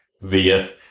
via